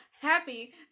happy